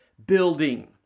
building